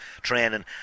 training